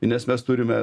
nes mes turime